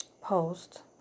post